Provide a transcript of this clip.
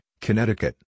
Connecticut